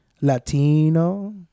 Latino